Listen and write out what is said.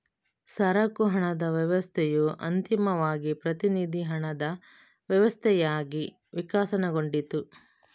ಸರಕು ಹಣದ ವ್ಯವಸ್ಥೆಯು ಅಂತಿಮವಾಗಿ ಪ್ರತಿನಿಧಿ ಹಣದ ವ್ಯವಸ್ಥೆಯಾಗಿ ವಿಕಸನಗೊಂಡಿತು